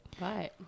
Right